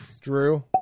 Drew